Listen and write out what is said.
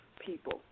people